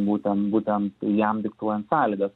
būtent būtent jam diktuojant sąlygas